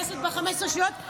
הכול בסדר.